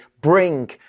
bring